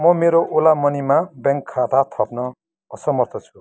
म मेरो ओला मनीमा ब्याङ्क खाता थप्न असमर्थ छु